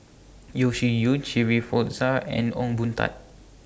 Yeo Shih Yun Shirin Fozdar and Ong Boon Tat